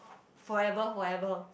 forever forever